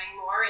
more